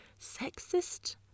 sexist